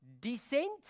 Descent